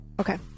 Okay